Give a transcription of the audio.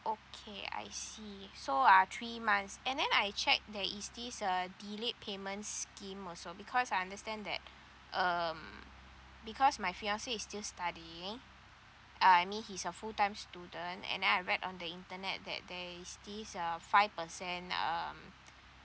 okay I see so uh three months and then I check there is this uh delayed payments scheme also because I understand that um because my fiancé is still studying uh I mean he's a full time student and then I read on the internet that there is this uh five percent um